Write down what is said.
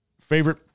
favorite